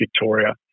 Victoria